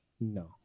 No